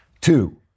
Two